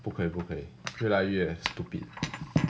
不可以不可以越来越 stupid